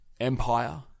Empire